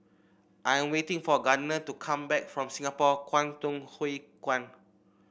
I'm waiting for Gardner to come back from Singapore Kwangtung Hui Kuan